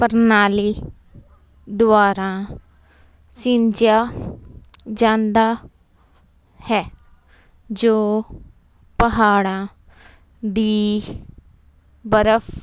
ਪ੍ਰਣਾਲੀ ਦੁਆਰਾ ਸਿੰਜਿਆ ਜਾਂਦਾ ਹੈ ਜੋ ਪਹਾੜਾਂ ਦੀ ਬਰਫ਼